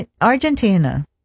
Argentina